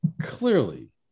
clearly